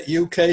UK